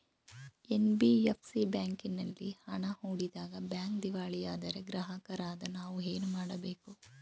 NBFC ಬ್ಯಾಂಕಿನಲ್ಲಿ ಹಣ ಹೂಡಿದಾಗ ಬ್ಯಾಂಕ್ ದಿವಾಳಿಯಾದರೆ ಗ್ರಾಹಕರಾದ ನಾವು ಏನು ಮಾಡಬೇಕು?